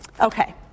Okay